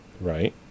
Right